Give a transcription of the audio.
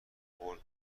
خورد